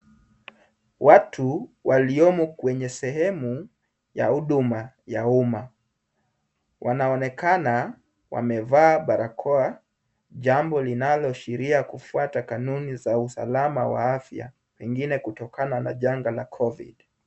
Watu waliomo kwenye sehemu ya huduma ya umma. Wanaonekana wamevaa barakoa, jambo linaloashiria kufuata kanuni za usalama wa afya, pengine kutokana na janga la covid .